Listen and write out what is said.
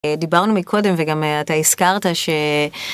דיברנו מקודם וגם אתה הזכרת ש...